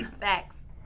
Facts